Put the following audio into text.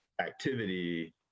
activity